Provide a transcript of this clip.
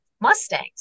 Mustangs